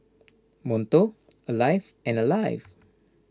Monto Alive and Alive